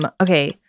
Okay